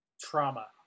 trauma